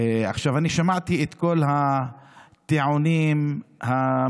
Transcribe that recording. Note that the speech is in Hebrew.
עכשיו, אני שמעתי את כל הטיעונים המפולפלים,